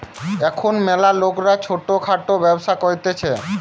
এখুন ম্যালা লোকরা ছোট খাটো ব্যবসা করতিছে